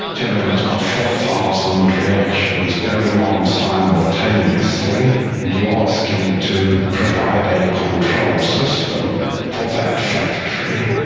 tell him it's got four thousand reactions going on simultaneously, and you ask him to provide a control system for that factory,